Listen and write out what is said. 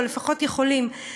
או לפחות יכולים,